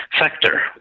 sector